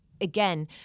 again